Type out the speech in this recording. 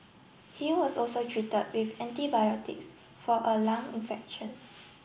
he was also treated with antibiotics for a lung infection